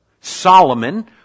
Solomon